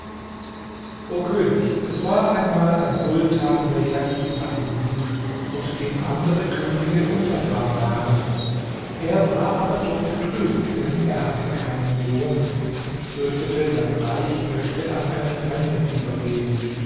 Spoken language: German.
o könig es war einmal ein sultan welcher ibrahim hieß und dem andere könige untertan waren er war aber doch betrübt denn er hatte keinen sohn und fürchtete sein reich möchte an einen fremden übergehen